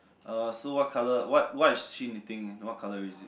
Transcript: uh so what colour what what is she knitting what colour is it